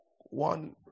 one